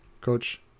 coach